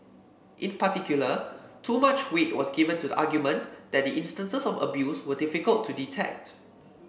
in particular too much weight was given to the argument that the instances of abuse were difficult to detect